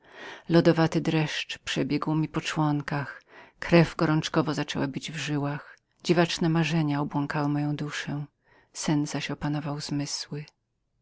lodowaty dreszcz przebiegł po moich członkach krew gorączkowo biła mi w żyłach dziwaczne marzenia obłąkały moją duszę sen zaś opanował zmysły